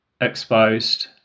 exposed